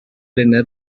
dinner